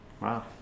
wow